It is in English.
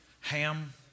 ham